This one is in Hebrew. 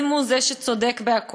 אם הוא זה שצודק בכול,